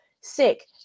Sick